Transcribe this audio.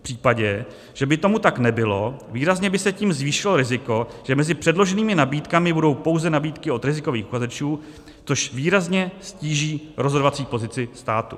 V případě, že by tomu tak nebylo, výrazně by se tím zvýšilo riziko, že mezi předloženými nabídkami budou pouze nabídky od rizikových uchazečů, což výrazně ztíží rozhodovací pozici státu.